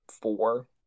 four